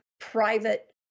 private